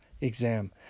exam